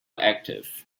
active